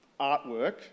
artwork